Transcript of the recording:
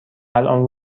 الان